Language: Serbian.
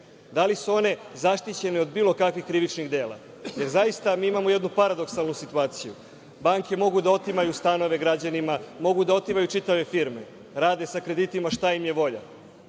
Da li su one zaštićene od bilo kakvih krivičnih dela? Jer, zaista, mi imamo jednu paradoksalnu situaciju – banke mogu da otimaju stanove građanima, mogu da otimaju čitave firme, rade sa kreditima šta im je volja,